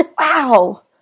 Wow